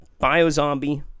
Biozombie